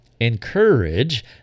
encourage